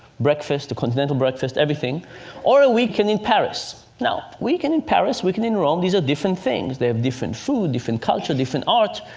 a continental breakfast, everything or a weekend in paris? now, weekend in paris, weekend in rome these are different things. they have different food, different culture, different art.